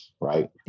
Right